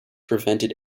prevented